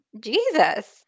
Jesus